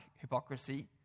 hypocrisy